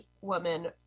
woman